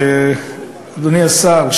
אדוני השר,